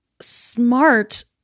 smart